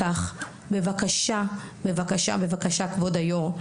בבקשה כבוד היו״ר,